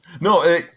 No